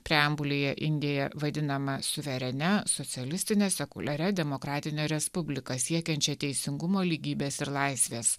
preambulėje indija vadinama suverenia socialistine sekuliaria demokratine respublika siekiančia teisingumo lygybės ir laisvės